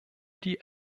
die